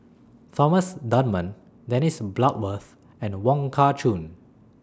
Thomas Dunman Dennis Bloodworth and Wong Kah Chun